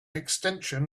extension